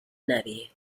nadie